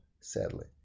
sadly